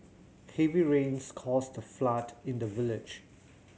heavy rains caused a flood in the village